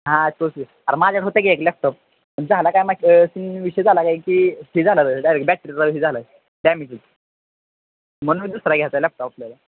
हा तोच अरे माझ्याकडे होता की एक लॅपटॉप झाला काय मॅटर विषय झाला काय की हे झाला रे डायरेक्ट बॅटरीचा ही झाला आहे डॅमेजीच म्हणून दुसरा घ्यायचा आहे लॅपटॉप आपल्याला